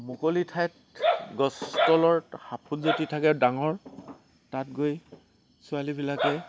মুকলি ঠাইত গছ তলত হাঁফলু যদি থাকে ডাঙৰ তাত গৈ ছোৱালীবিলাকে